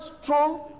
strong